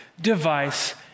device